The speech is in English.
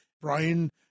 Brian